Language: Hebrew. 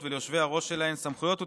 וליושבי הראש שלהן סמכויות ותפקידים,